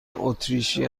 اتریشی